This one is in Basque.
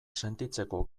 sentitzeko